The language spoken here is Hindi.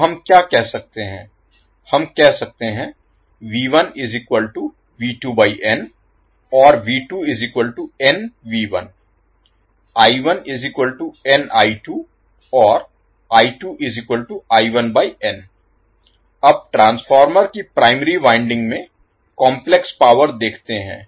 तो हम क्या कह सकते हैं हम कह सकते हैं अब ट्रांसफार्मर की प्राइमरी वाइंडिंग में काम्प्लेक्स पावर देखते हैं